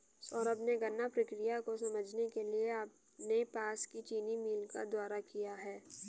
सौरभ ने गन्ना प्रक्रिया को समझने के लिए अपने पास की चीनी मिल का दौरा किया